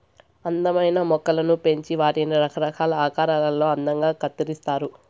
అందమైన మొక్కలను పెంచి వాటిని రకరకాల ఆకారాలలో అందంగా కత్తిరిస్తారు